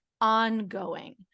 ongoing